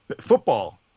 football